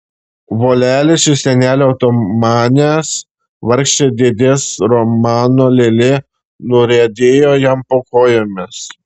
volelis iš senelio otomanės vargšė dėdės romano lėlė nuriedėjo jam po kojomis